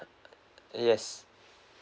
yes